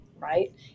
right